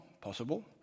possible